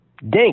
Dink